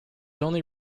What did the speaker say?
only